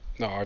no